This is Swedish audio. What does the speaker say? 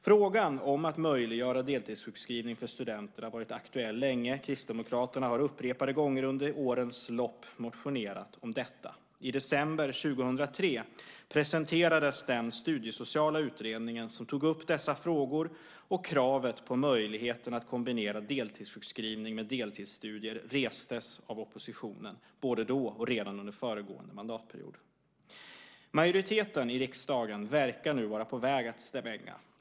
Frågan om att möjliggöra deltidssjukskrivning för studenter har varit aktuell länge. Kristdemokraterna har upprepade gånger under årens lopp motionerat om detta. I december 2003 presenterades den studiesociala utredning som tog upp dessa frågor, och kravet på möjligheten att kombinera deltidssjukskrivning med deltidsstudier restes av oppositionen både då och redan under föregående mandatperiod. Majoriteten i riksdagen verkar nu vara på väg att svänga.